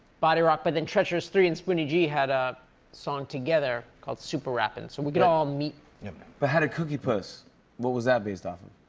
body rock. but then treacherous three and spoonie gee had a song together called super rappin'. so we could all meet but how did cooky puss what was that based off of?